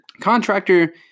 Contractor